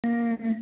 ꯎꯝ ꯎꯝ